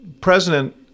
president